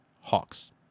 hawks